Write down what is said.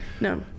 No